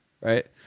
right